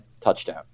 Touchdown